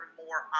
more